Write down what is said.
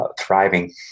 thriving